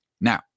Now